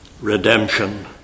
redemption